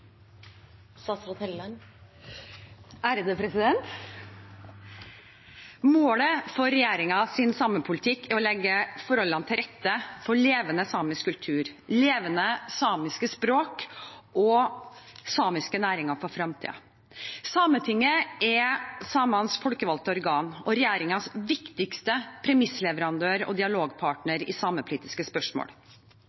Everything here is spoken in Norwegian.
å legge forholdene til rette for en levende samisk kultur, levende samiske språk og samiske næringer for fremtiden. Sametinget er samenes folkevalgte organ og regjeringens viktigste premissleverandør og